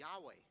Yahweh